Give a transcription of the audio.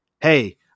hey